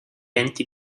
enti